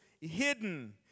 hidden